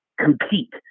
compete